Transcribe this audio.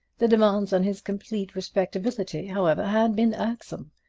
the demands on his complete respectability, however, had been irksome.